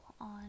on